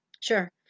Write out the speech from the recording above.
Sure